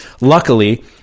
Luckily